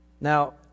Now